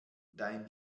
dein